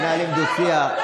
מנהלים דו-שיח,